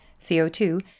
CO2